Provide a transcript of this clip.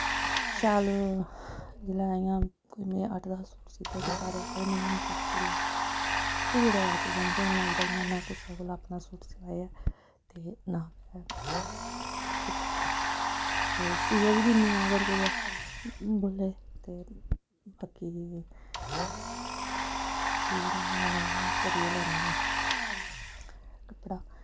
शैल जेल्लै इ'यां कोई मीं अट्ठ दस सूट सीते ते सारे आक्खन लगे नेईं हून तूं सी लैन्नी ऐ फिर ओह्दे बाद जानि के के हून अज्जकल ना में कुसै कोला अपना सूट स्याया ते नां गै कीता ऐ ते सियै बी दिन्नी आं अगर कोई बोले ते बाकी सी में हून इ'यां करी गै लैन्नी आं